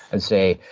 i'd say,